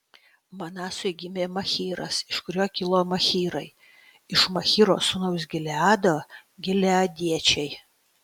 manasui gimė machyras iš kurio kilo machyrai iš machyro sūnaus gileado gileadiečiai